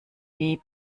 die